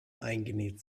eingenäht